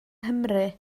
nghymru